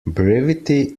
brevity